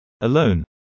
alone